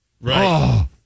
Right